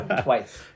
Twice